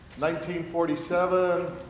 1947